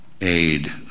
aid